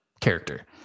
character